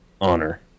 honor